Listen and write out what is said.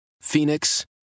Phoenix